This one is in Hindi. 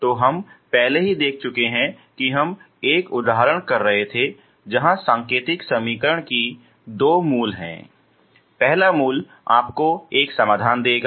तो हम पहले ही देख चुके हैं कि हम एक उदाहरण कर रहे थे जहां सांकेतिक समीकरण की दो मूल हैं पहला मूल आपको एक समाधान देगा